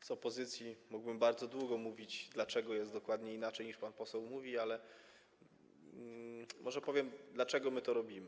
z opozycji, mógłbym bardzo długo mówić, dlaczego jest dokładnie inaczej, niż pan poseł mówi, ale może powiem, dlaczego my to robimy.